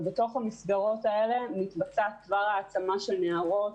ובתוך המסגרות האלה מתבצעת כבר העצמה של נערות